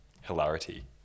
hilarity